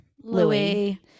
Louis